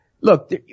Look